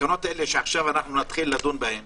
התקנות האלה שעכשיו נדון בהן